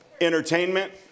entertainment